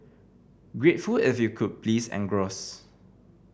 grateful if you could please engross